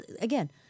again